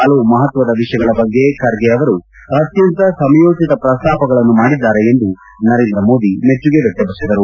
ಹಲವು ಮಹತ್ವದ ವಿಷಯಗಳ ಬಗ್ಗೆ ಖರ್ಗೆ ಅವರು ಅತ್ತಂತ ಸಮಯೋಚಿತ ಪ್ರಸ್ತಾಪಗಳನ್ನು ಮಾಡಿದ್ದಾರೆ ಎಂದು ನರೇಂದ್ರ ಮೋದಿ ಮೆಚ್ಚುಗೆ ವ್ಯಕ್ತಪಡಿಸಿದರು